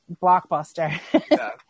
Blockbuster